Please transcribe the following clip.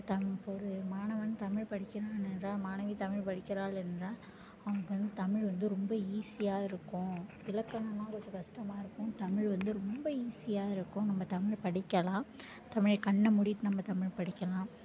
தமிழ் இப்போ ஒரு மாணவன் தமிழ் படிக்கிறான் என்றால் மாணவி தமிழ் படிக்கிறாள் என்றால் அவங்களுக்கு வந்து தமிழ் வந்து ரொம்ப ஈஸியாக இருக்கும் இலக்கணலான் அவங்களுக்கு கஷ்டமாக இருக்கும் தமிழ் வந்து ரொம்ப ஈஸியாக இருக்கும் நம்ம தமிழ் படிக்கலாம் தமிழ் கண்ணை மூடிகிட்டு நம்ம தமிழ் படிக்கலாம்